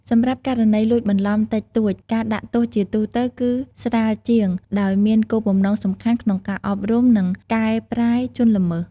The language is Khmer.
សម្រាប់ករណីលួចបន្លំតិចតួច ការដាក់ទោសជាទូទៅគឺស្រាលជាង ដោយមានគោលបំណងសំខាន់ក្នុងការអប់រំ និងកែប្រែជនល្មើស។